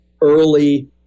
early